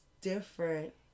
different